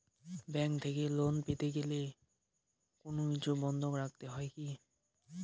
Bank থেকে loan পেতে গেলে কোনো কিছু বন্ধক রাখতে হয় কি?